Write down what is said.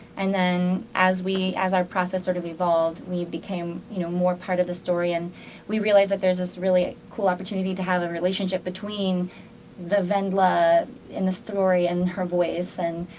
and then as we as our process sort of evolved we became you know more part of the story, and we realized that there's this really cool opportunity to have this relationship, between the wendla in the story, and her voice. and,